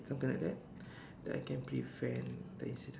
something like that that I can prevent the incident